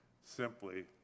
simply